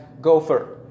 gopher